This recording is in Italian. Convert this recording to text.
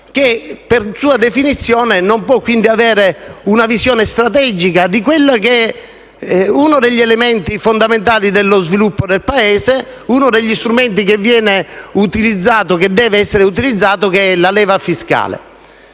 che per sua definizione non può quindi avere una visione strategica di uno degli elementi fondamentali per lo sviluppo del Paese e di uno degli strumenti che può e deve essere utilizzato, ovvero la leva fiscale.